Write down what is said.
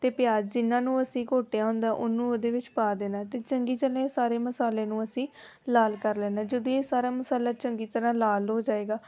ਅਤੇ ਪਿਆਜ਼ ਜਿਨਾਂ ਨੂੰ ਅਸੀਂ ਘੋਟਿਆ ਹੁੰਦਾ ਉਹਨੂੰ ਉਹਦੇ ਵਿੱਚ ਪਾ ਦੇਣਾ ਅਤੇ ਚੰਗੀ ਤਰ੍ਹਾਂ ਇਹ ਸਾਰੇ ਮਸਾਲੇ ਨੂੰ ਅਸੀਂ ਲਾਲ ਕਰ ਲੈਣਾ ਜਦੋਂ ਇਹ ਸਾਰਾ ਮਸਾਲਾ ਚੰਗੀ ਤਰ੍ਹਾਂ ਲਾਲ ਹੋ ਜਾਏਗਾ